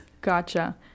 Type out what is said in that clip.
Gotcha